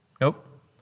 Nope